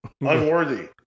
unworthy